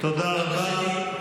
תודה רבה.